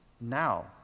now